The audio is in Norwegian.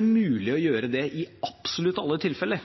mulig å gjøre det i absolutt alle tilfeller.